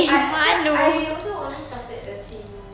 I cau~ I also only started dancing